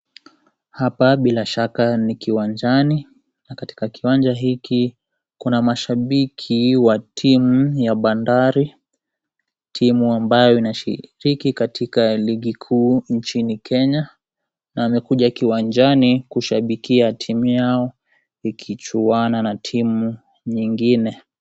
Hapa bila shaka ni kiwanjani na katika kiwanja hiki kuna mashabiki wa timu ya Bandari, timu ambayo inashiriki katika ligi kuu nchini Kenya na wamekuja kiwanjani kushabikia timu yao ikichuana na timu nyingine.